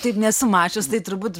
taip nesu mačius tai turbūt